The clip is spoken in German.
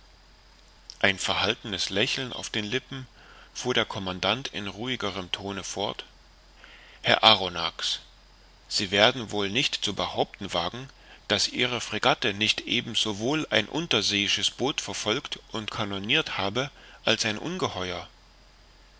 ein verhaltenes lächeln auf den lippen fuhr der commandant in ruhigerem tone fort herr arronax sie werden wohl nicht zu behaupten wagen daß ihre fregatte nicht eben so wohl ein unterseeisches boot verfolgt und kanonirt habe als ein ungeheuer